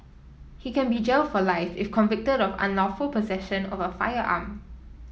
he can be jailed for life if convicted of unlawful possession of a firearm